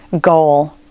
Goal